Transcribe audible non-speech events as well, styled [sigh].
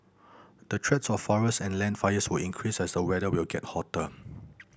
the threats of forest and land fires will increase as the weather will get hotter [noise]